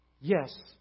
Yes